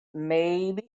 maybe